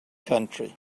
country